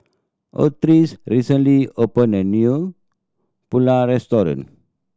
Otis recently opened a new Pulao Restaurant